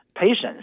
patients